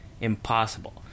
Impossible